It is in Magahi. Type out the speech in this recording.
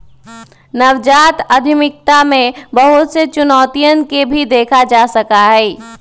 नवजात उद्यमिता में बहुत सी चुनौतियन के भी देखा जा सका हई